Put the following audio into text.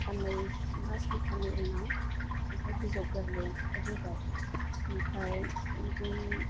साननै बा सानथामनि उनाव ओमफ्राय बिजौ गोरलै ओंखारबोबाय ओमफ्राय बिदि